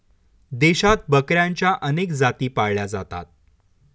देशात बकऱ्यांच्या अनेक जाती पाळल्या जातात